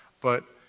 but,